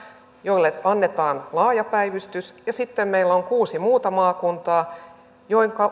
joille annetaan laaja päivystys ja sitten meillä on kuusi muuta maakuntaa joiden